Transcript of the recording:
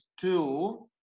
two